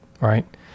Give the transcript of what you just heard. right